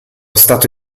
stato